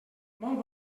molt